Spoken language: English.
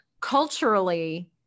culturally